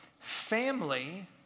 family